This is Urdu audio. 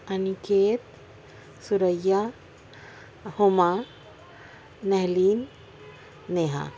انکیت ثریا ہما نہلیم نیہا